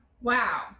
Wow